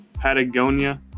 patagonia